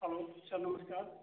hello sir नमस्कार